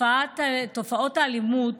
תופעת האלימות